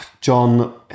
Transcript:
John